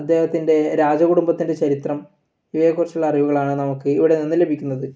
അദ്ദേഹത്തിൻ്റെ രാജകുടുംബത്തിൻ്റെ ചരിത്രം ഇവയെക്കുറിച്ചുള്ള അറിവുകളാണ് നമുക്ക് ഇവിടെ നിന്നും ലഭിക്കുന്നത്